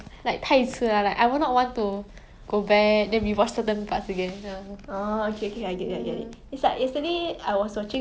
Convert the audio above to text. the one with emma watson [one] ah